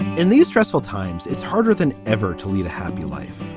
in these stressful times, it's harder than ever to lead a happy life.